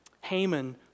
Haman